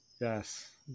Yes